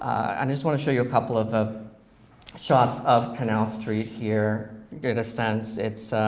and i just wanna show you a couple of of shots of canal street here. get a sense,